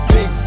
Big